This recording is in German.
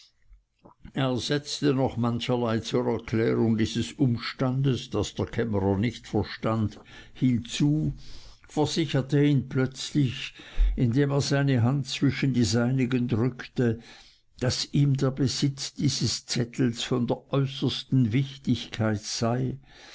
er setzte noch mancherlei zur erklärung dieses umstands das der kämmerer nicht verstand hinzu versicherte ihn plötzlich indem er seine hand zwischen die seinigen drückte daß ihm der besitz dieses zettels von der äußersten wichtigkeit sei